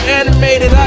animated